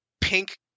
pink